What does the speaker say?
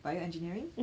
bio engineering